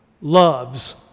loves